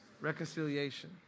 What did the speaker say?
Reconciliation